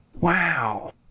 wow